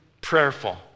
prayerful